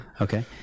okay